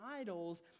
idols